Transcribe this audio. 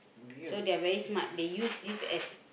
so they are very smart they use this as